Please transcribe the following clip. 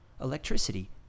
electricity